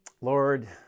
Lord